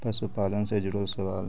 पशुपालन से जुड़ल सवाल?